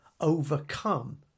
overcome